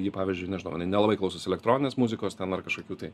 ji pavyzdžiui nežinau jinai nelabai klausosi elektroninės muzikos ten ar kažkokių tai